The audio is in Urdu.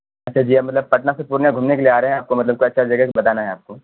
اچھا جی آپ مطلب پٹنہ سے پورنیہ گھومنے کے لیے آ رہے ہیں آپ کو مطلب کوئی اچھا جگہ بتانا ہے آپ کو